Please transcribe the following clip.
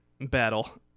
battle